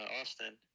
Austin